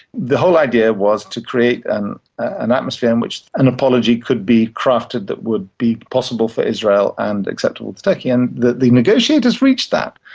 the whole idea was to create and an atmosphere in which an apology could be crafted that would be possible for israel and acceptable to turkey. and the the negotiators reached that,